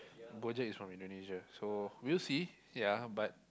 Gojek is from Indonesia so we'll see ya but